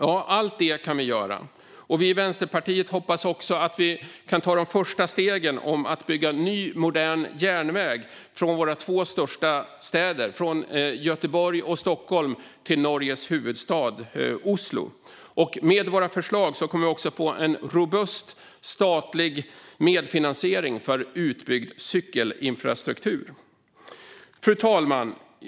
Allt detta kan vi göra. Vi i Vänsterpartiet hoppas också att vi kan ta de första stegen mot att bygga ny, modern järnväg från våra två största städer, Göteborg och Stockholm, till Norges huvudstad Oslo. Med våra förslag kommer vi också att få en robust statlig medfinansiering för utbyggd cykelinfrastruktur. Fru talman!